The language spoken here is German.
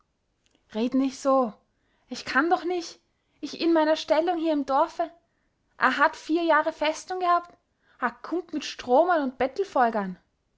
red nich so ich kann doch nich ich in meiner stellung hier im dorfe a hat vier jahre festung gehabt a kummt mit stromern und